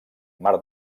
mar